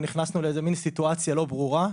נכנסנו לאיזה מין סיטואציה לא ברורה.